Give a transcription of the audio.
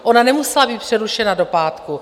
Ona nemusela být přerušena do pátku.